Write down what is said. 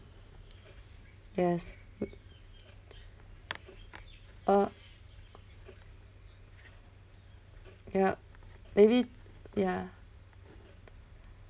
yes uh ya maybe ya